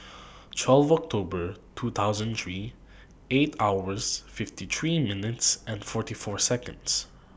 twelve October two thousand three eight hours fifty three minutes and forty four Seconds